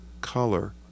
color